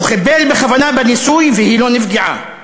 הוא חיבל בכוונה בניסוי, והיא לא נפגעה.